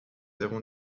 avons